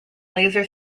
laser